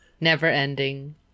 never-ending